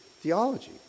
theology